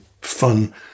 fun